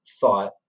thought